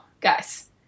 guys